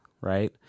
right